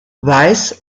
weiß